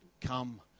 come